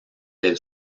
del